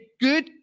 good